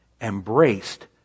embraced